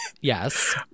Yes